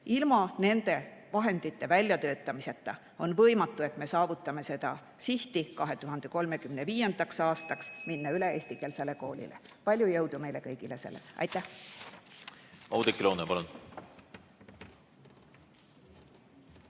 Ilma nende vahendite väljatöötamiseta on võimatu, et me saavutame 2035. aastaks sihi minna üle eestikeelsele koolile. Palju jõudu meile kõigile selleks! Aitäh!